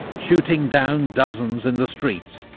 shooting down dozens in the streets,